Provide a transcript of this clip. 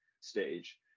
stage